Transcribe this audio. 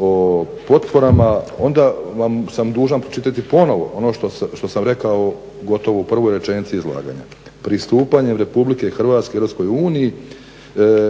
o potporama, onda sam vam dužan pročitati ponovo ono što sam rekao gotovo u prvoj rečenici izlaganja: Pristupanjem Republike Hrvatske Europskoj uniji